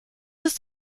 ist